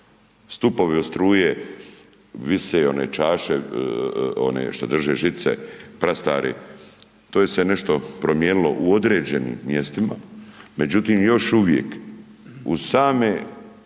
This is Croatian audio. Stupovi od struje vise one čase, one što drže žice, prastare, to je se nešto promijenilo u određenim mjestima, međutim još uvijek uz same